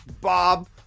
Bob